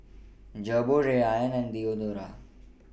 Gogo Rayban and Diadora